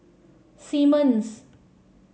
Simmons